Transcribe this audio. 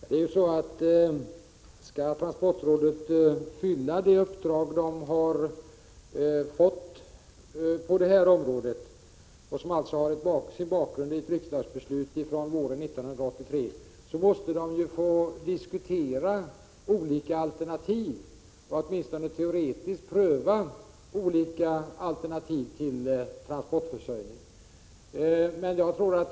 Herr talman! Skall transportrådet fylla det uppdrag de har fått, som alltså har sin bakgrund i ett riksdagsbeslut våren 1983, måste rådet få diskutera olika lösningar och åtminstone teoretiskt pröva olika alternativ till transportförsörjning.